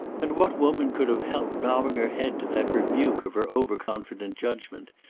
and what woman could have helped bowing her head to that rebuke of her over-confident judgment,